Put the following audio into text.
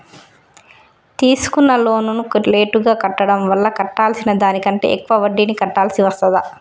తీసుకున్న లోనును లేటుగా కట్టడం వల్ల కట్టాల్సిన దానికంటే ఎక్కువ వడ్డీని కట్టాల్సి వస్తదా?